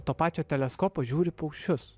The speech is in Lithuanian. to pačio teleskopo žiūri paukščius